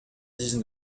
dix